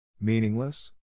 Meaningless